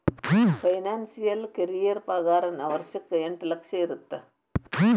financial career ಪಾಗಾರನ ವರ್ಷಕ್ಕ ಎಂಟ್ ಲಕ್ಷ ಇರತ್ತ